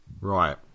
Right